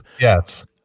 Yes